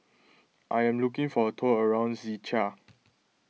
I am looking for a tour around Czechia